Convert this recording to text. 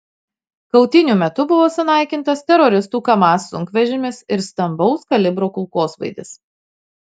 kautynių metu buvo sunaikintas teroristų kamaz sunkvežimis ir stambaus kalibro kulkosvaidis